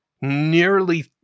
nearly